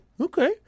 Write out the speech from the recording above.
Okay